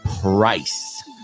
price